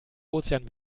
ozean